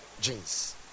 jeans